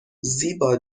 زیبا